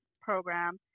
program